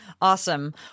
Awesome